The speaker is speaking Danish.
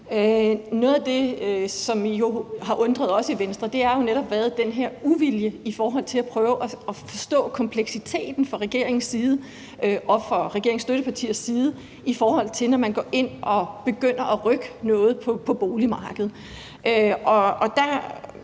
Noget af det, som jo har undret os i Venstre, er netop den her uvilje mod at prøve at forstå kompleksiteten fra regeringens side og fra regeringens støttepartiers side, i forhold til når man går ind og begynder at rykke noget på boligmarkedet.